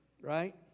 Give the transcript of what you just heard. Right